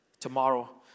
tomorrow